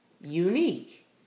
unique